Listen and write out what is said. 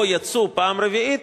או יצאו פעם רביעית,